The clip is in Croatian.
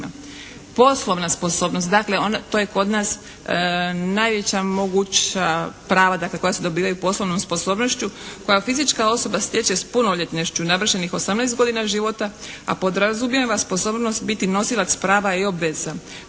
Poslovna sposobnost, dakle to je kod nas najveća moguća prava dakle koja se dobivaju poslovnom sposobnošću koja fizička osoba stječe s punoljetnošću, navršenih 18 godina života, a podrazumijeva sposobnost biti nosilac prava i obveza,